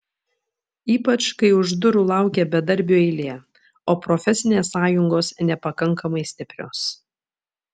ypač kai už durų laukia bedarbių eilė o profesinės sąjungos nepakankamai stiprios